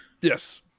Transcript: yes